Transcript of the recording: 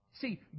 See